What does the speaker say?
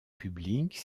publique